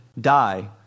die